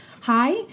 Hi